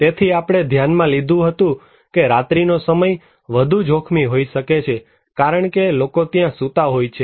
તેથી આપણે ધ્યાનમાં લીધું હતું કે રાત્રિનો સમય વધુ જોખમી હોઈ શકે છે કારણ કે લોકો ત્યાં સુતા હોય છે